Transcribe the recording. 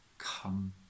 Come